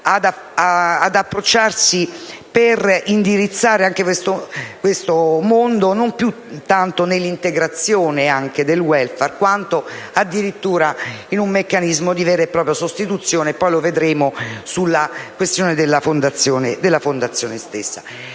ad approcciarsi per indirizzare questo mondo non tanto nell'integrazione del *welfare* quanto addirittura in un meccanismo di vera e propria sostituzione (lo vedremo sulla questione della fondazione).